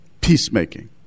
Peacemaking